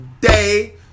day